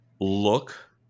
look